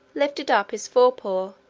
lifted up his fore-paw,